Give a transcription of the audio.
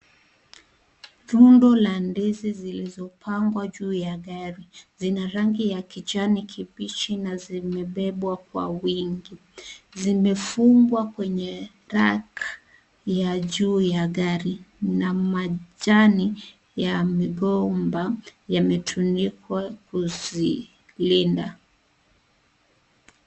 Rundo la ndizi zilizopangwa juu ya gari zina rangi ya kijani kibichi na zimebebwa kwa wingi. Zimefungwa kwenye rag ya juu ya gari na majani ya migomba yametumika kuzilinda.